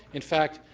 in fact,